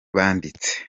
banditse